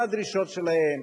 מה הדרישות שלהם,